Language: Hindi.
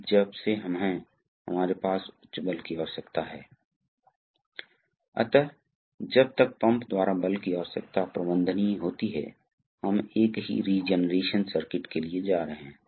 तो कभी कभी यह दिशा वाल्व बहुत बड़ा हो सकता है और स्पूल को स्थानांतरित करने के लिए आपको एक और हाइड्रोलिक बल की आवश्यकता होती है यह हाइड्रॉलिक चाल स्पूल त्रिकोण क्षेत्र है